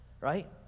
right